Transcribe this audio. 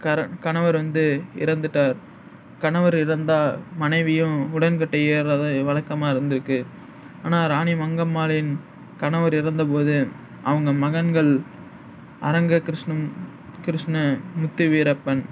கர கணவர் வந்து இறந்துவிட்டார் கணவர் இறந்தால் மனைவியும் உடன்கட்டை ஏறுவது வழக்கமாக இருந்திருக்கு ஆனால் ராணிமங்கம்மாளின் கணவர் இறந்தபோது அவங்க மகன்கள் அரங்ககிருஷ்ணம் கிருஷ்ண முத்துவீரப்பன்